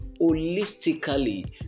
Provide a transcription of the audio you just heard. holistically